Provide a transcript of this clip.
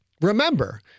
Remember